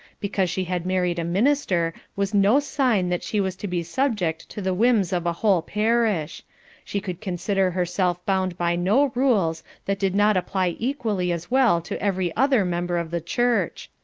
because she had married a minister was no sign that she was to be subject to the whims of a whole parish she could consider herself bound by no rules that did not apply equally as well to every other member of the church.